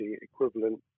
equivalent